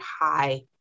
high